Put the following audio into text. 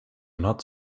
not